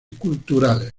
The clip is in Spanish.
culturales